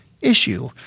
issue